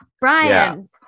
Brian